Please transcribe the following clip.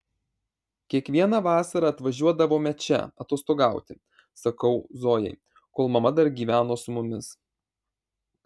kiekvieną vasarą atvažiuodavome čia atostogauti sakau zojai kol mama dar gyveno su mumis